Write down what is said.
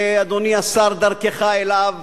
ואדוני השר דרכך אליו,